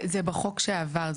זה בחוק שעבר.